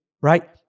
right